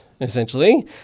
essentially